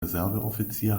reserveoffizier